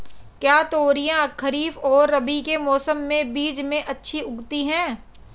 क्या तोरियां खरीफ और रबी के मौसम के बीच में अच्छी उगती हैं?